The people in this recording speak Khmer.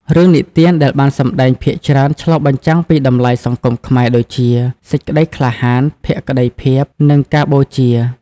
រឿងនិទានដែលបានសម្តែងភាគច្រើនឆ្លុះបញ្ចាំងពីតម្លៃសង្គមខ្មែរដូចជា សេចក្តីក្លាហាន ភក្ដីភាព និងការបូជា។